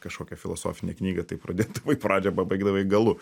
kažkokią filosofinę knygą tai pradėdavai pradžią pabaigdavai galu